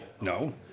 No